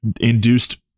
induced